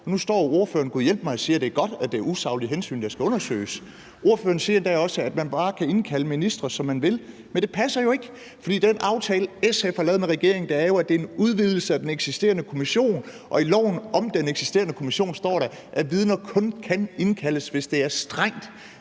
og siger, at det er godt, at det er usaglige hensyn, der skal undersøges. Ordføreren siger endda også, at man bare kan indkalde ministre, som man vil, men det passer ikke, for den aftale, SF har lavet med regeringen, indebærer jo, at det er en udvidelse af den eksisterende kommission, og i loven om den eksisterende kommission står der, at vidner kun kan indkaldes, hvis det er strengt